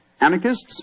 anarchists